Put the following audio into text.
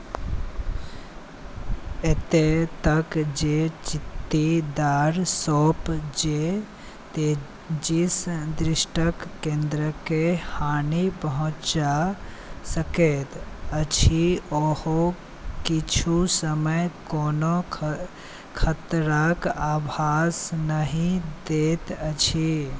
एतेक तक जे चित्तीदार सौँफ जे तेजीसँ दृष्टिके केन्द्रकेँ हानि पहुँचा सकैत अछि ओहो किछु समय कोनो खतराके आभास नहि दैत अछि